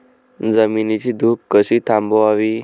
जमिनीची धूप कशी थांबवावी?